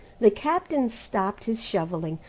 the captain stopped his shovelling,